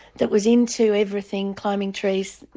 that was into everything, climbing trees,